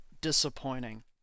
disappointing